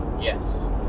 Yes